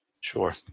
Sure